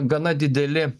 gana dideli